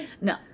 No